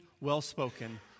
well-spoken